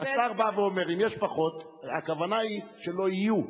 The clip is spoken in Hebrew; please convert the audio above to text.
השר בא ואומר: אם יש פחות, הכוונה היא שלא יהיו.